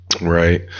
right